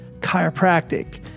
chiropractic